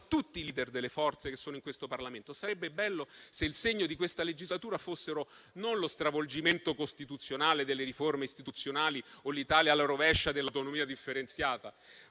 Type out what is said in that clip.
tutti i *leader* delle forze che sono in questo Parlamento che sarebbe bello se il segno di questa legislatura non fossero lo stravolgimento costituzionale delle riforme istituzionali o l'Italia alla rovescia dell'autonomia differenziata,